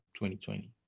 2020